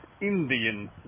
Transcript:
Indian